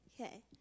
Okay